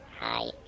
Hi